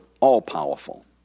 all-powerful